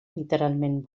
literalment